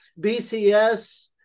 BCS